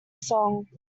song